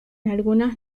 algunas